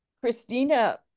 Christina